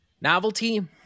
Novelty